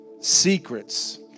secrets